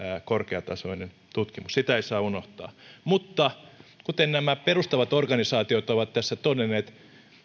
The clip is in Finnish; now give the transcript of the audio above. korkeatasoinen tutkimus sitä ei saa unohtaa mutta kuten nämä perustavat organisaatiot ovat tässä todenneet